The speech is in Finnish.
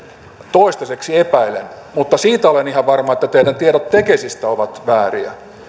toistaiseksi epäilen mutta siitä olen ihan varma että teidän tietonne tekesistä ovat vääriä